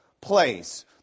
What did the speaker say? place